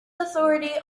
authority